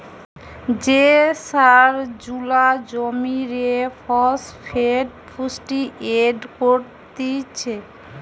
যে সার জুলা জমিরে ফসফেট পুষ্টি এড করতিছে